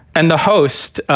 and the host,